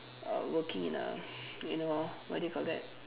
uh working in a you know what do you call that